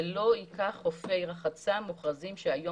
זה לא ייקח חופי רחצה מוכרזים שהיום